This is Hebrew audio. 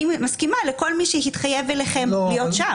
אני מסכימה לכל מי שהתחייב אליכם להיות שם